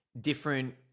different